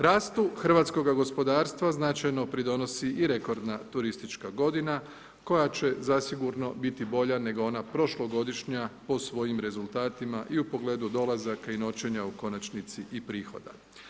Rastu hrvatskog gospodarstva značajno pridonosi i rekordna turistička godina, koja će zasigurno biti bolja nego ona prošlogodišnja po svojim rezultatima, i u pogledu dolazaka i noćenja, u konačnici i prihoda.